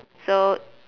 so